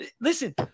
listen